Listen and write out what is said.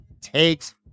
takes